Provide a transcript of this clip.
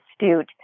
astute